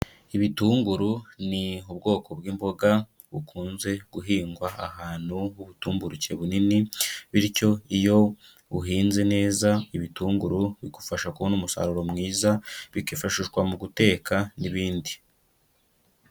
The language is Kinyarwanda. Ibitunguru ni ubwoko bw'imboga bukunze guhingwa ahantu h'ubutumburuke bunini, bityo iyo uhinze neza ibitunguru bigufasha kubona umusaruro mwiza, bikifashishwa mu guteka n'ibindi.